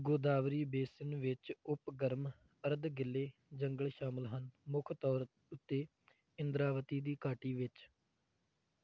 ਗੋਦਾਵਰੀ ਬੇਸਿਨ ਵਿੱਚ ਉਪ ਗਰਮ ਅਰਧ ਗਿੱਲੇ ਜੰਗਲ ਸ਼ਾਮਲ ਹਨ ਮੁੱਖ ਤੌਰ ਉੱਤੇ ਇੰਦਰਾਵਤੀ ਦੀ ਘਾਟੀ ਵਿੱਚ